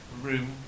room